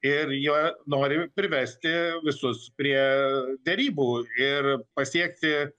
ir jie nori privesti visus prie derybų ir pasiekti